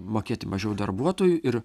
mokėti mažiau darbuotojui ir